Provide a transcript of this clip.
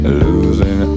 losing